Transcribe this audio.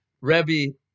Rebbe